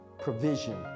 provision